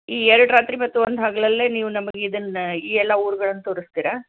ಈ ಎರಡು ರಾತ್ರಿ ಮತ್ತು ಒಂದು ಹಗಲಲ್ಲೇ ನೀವು ನಮಗಿದನ್ನು ಈ ಎಲ್ಲ ಊರುಗಳನ್ನು ತೋರಿಸ್ತೀರಾ